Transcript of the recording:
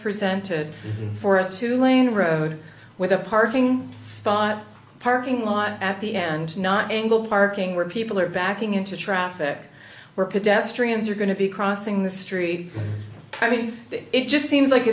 presented for a two lane road with a parking spot parking lot at the end not angle parking where people are backing into traffic where pedestrians are going to be crossing the street i mean it just seems like